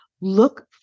look